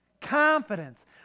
Confidence